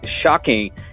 shocking